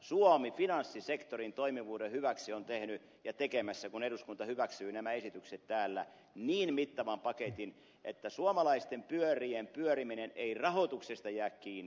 suomi on finanssisektorin toimivuuden hyväksi tehnyt ja tekemässä kun eduskunta hyväksyy nämä esitykset täällä niin mittavan paketin että suomalaisten pyörien pyöriminen ei rahoituksesta jää kiinni